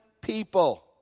people